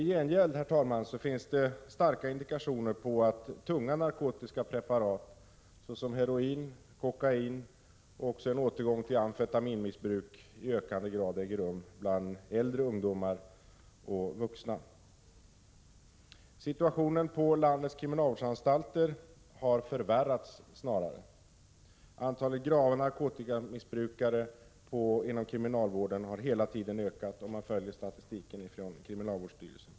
I gengäld, herr talman, finns det starka indikationer på att missbruk av tunga narkotikapreparat, som heroin och kokain, samt att en återgång till amfetaminmissbruk i ökande grad äger rum bland äldre ungdomar och vuxna. Situationen på landets kriminalvårdsanstalter har snarare förvärrats. Antalet missbrukare av grov narkotika inom kriminalvården har hela tiden ökat enligt statistiken från kriminalvårdsstyrelsen.